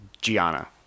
Gianna